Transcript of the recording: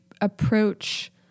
approach